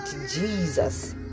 Jesus